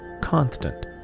constant